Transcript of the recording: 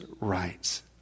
rights